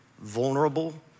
vulnerable